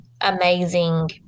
amazing